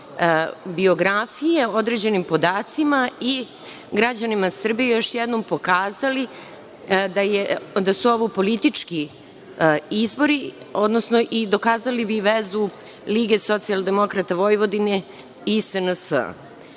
biografije određenim podacima i građanima Srbije još jednom pokazali da su ovo politički izbori, odnosno i dokazali bi vezu LSV i SNS.Naime Slobodana